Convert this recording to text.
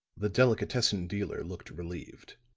the delicatessen dealer looked relieved.